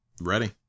Ready